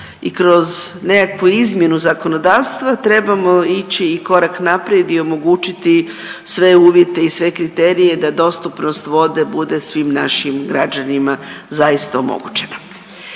I kroz nekakvu izmjenu zakonodavstva trebamo ići i korak naprijed i omogućiti sve uvjete i sve kriterije da dostupnost vode bude svim našim građanima zaista omogućena.